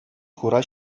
хура